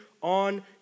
on